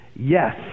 Yes